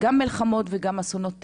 גם מלחמות וגם אסונות טבע.